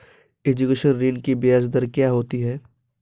Education ऋृण की ब्याज दर क्या होती हैं?